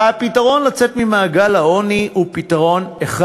והפתרון לצאת ממעגל העוני הוא פתרון אחד,